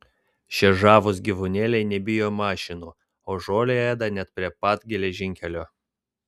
šie žavūs gyvūnėliai nebijo mašinų o žolę ėda net prie pat geležinkelio